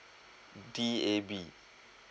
D A B